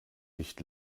nicht